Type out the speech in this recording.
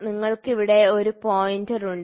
നിങ്ങൾക്ക് ഇവിടെ ഒരു പോയിന്റർ ഉണ്ട്